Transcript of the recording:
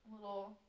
little